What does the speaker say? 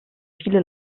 viele